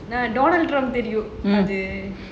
donald trump தெரியும் அது:teriyum athu